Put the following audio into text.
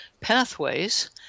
pathways